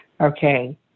okay